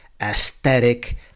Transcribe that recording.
aesthetic